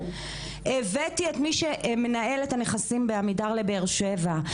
הבאתי את מי שמנהל את הנכסים בעמידר לבאר שבע,